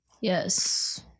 Yes